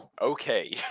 Okay